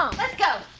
on. let's go.